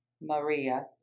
Maria